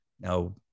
now